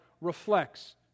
reflects